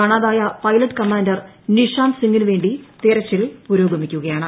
കാണാതായ pilot commander Nishant സിംഗിനുവേണ്ടി തെരച്ചിൽ പുരോഗമിക്കുകയാണ്